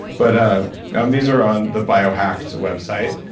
but ah um these are on the bio hacks website.